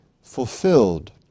fulfilled